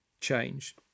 change